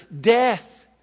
death